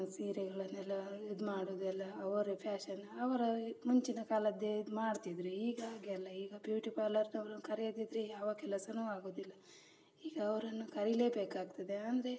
ಸೀರೆಯನ್ನೆಲ್ಲ ಇದು ಮಾಡುವುದೆಲ್ಲ ಅವರೇ ಫ್ಯಾಷನ್ ಅವರ ಮುಂಚಿನ ಕಾಲದ್ದೇ ಮಾಡ್ತಿದ್ದರು ಈಗ ಹಾಗೆ ಅಲ್ಲ ಈಗ ಬ್ಯೂಟಿ ಪಾರ್ಲರ್ನವರನ್ನ ಕರೆಯದಿದ್ದರೆ ಯಾವ ಕೆಲಸವೂ ಆಗುವುದಿಲ್ಲ ಈಗ ಅವರನ್ನು ಕರೆಯಲೇ ಬೇಕಾಗ್ತದೆ ಅಂದರೆ